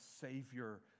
savior